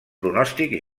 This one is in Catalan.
pronòstic